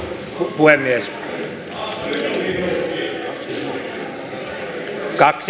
arvoisa puhemies